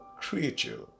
creature